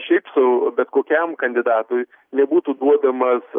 šiaip sau bet kokiam kandidatui nebūtų duodamas